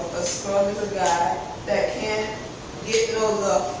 a guy that can't get no